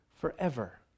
forever